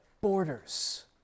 Borders